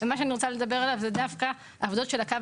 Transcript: ומה שאני רוצה לדבר עליו זה דווקא עבודות של "הקו